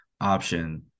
option